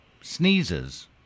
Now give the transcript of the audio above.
Sneezes